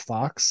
Fox